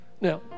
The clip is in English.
Now